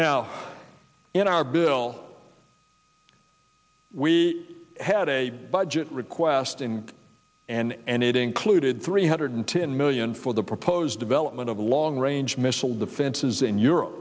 now in our bill we had a budget request in and it included three hundred ten million for the proposed development of long range missile defenses in europe